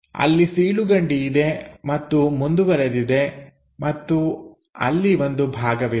ಅಲ್ಲಿ ಸೀಳುಗಂಡಿ ಇದೆ ಮತ್ತು ಮುಂದುವರೆದಿದೆ ಮತ್ತು ಅಲ್ಲಿ ಒಂದು ಭಾಗವಿದೆ